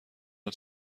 نوع